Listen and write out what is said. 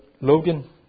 Logan